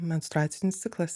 menstruacinis ciklas